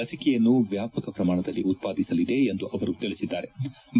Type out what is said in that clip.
ಲಸಿಕೆಯನ್ನು ವ್ಲಾಪಕ ಪ್ರಮಾಣದಲ್ಲಿ ಉತ್ಪಾದಿಸಲಿದೆ ಎಂದು ಅವರು ತಿಳಿಸಿದ್ಗಾರೆ